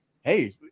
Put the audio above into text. hey